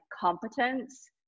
competence